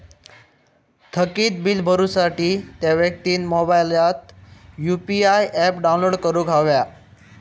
थकीत बील भरुसाठी त्या व्यक्तिन मोबाईलात यु.पी.आय ऍप डाउनलोड करूक हव्या